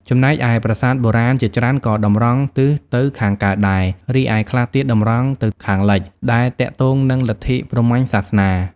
ចំណែកឯ ប្រាសាទបុរាណជាច្រើនក៏តម្រង់ទិសទៅខាងកើតដែរ រីឯខ្លះទៀតតម្រង់ទៅខាងលិច ដែលទាក់ទង នឹងលទ្ធិព្រហ្មញ្ញសាសនា។